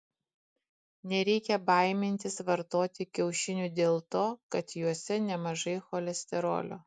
nereikia baimintis vartoti kiaušinių dėl to kad juose nemažai cholesterolio